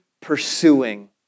pursuing